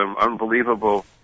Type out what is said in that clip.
unbelievable